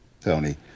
Tony